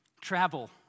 Travel